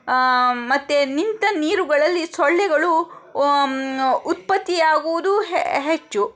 ಮತ್ತು ನಿಂತ ನೀರುಗಳಲ್ಲಿ ಸೊಳ್ಳೆಗಳು ಉತ್ಪತ್ತಿ ಆಗುವುದು ಹೆಚ್ಚು